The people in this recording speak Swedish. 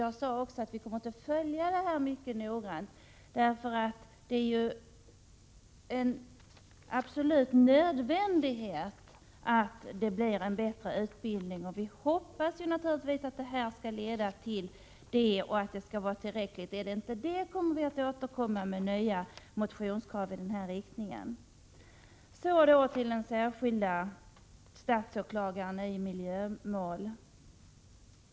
Jag sade också att vi kommer att följa detta mycket noggrant, eftersom det är en absolut nödvändighet att det blir en bättre utbildning. Vi hoppas naturligtvis att detta skall leda till en bättre utbildning och att det är tillräckligt. Är det inte så kommer vi att återkomma med nya motionskrav i denna riktning. Så till frågan om den särskilda statsåklagaren i miljömål.